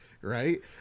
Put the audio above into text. Right